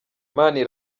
byatumye